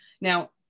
Now